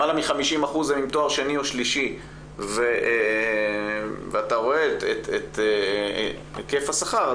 למעלה מ-50% הן עם תואר שני או שלישי ואתה רואה את היקף השכר,